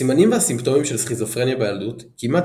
הסימנים והסימפטומים של סכיזופרניה בילדות כמעט